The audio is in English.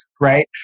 Right